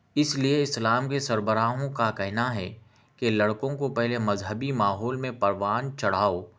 اس لیے اسلام کے سربراہوں کا کہنا ہے کہ لڑکوں کو پہلے مذہبی ماحول میں پروان چڑھاؤ